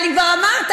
אבל אם כבר אמרת,